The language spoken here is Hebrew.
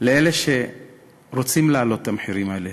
לאלה שרוצים להעלות את המחירים האלה: